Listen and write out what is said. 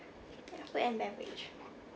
food and beverage